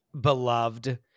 beloved